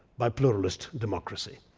by pluralist democracy.